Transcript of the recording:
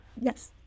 Yes